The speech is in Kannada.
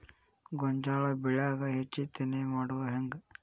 ಗೋಂಜಾಳ ಬೆಳ್ಯಾಗ ಹೆಚ್ಚತೆನೆ ಮಾಡುದ ಹೆಂಗ್?